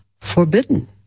forbidden